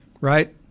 right